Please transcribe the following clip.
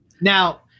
Now